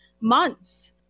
months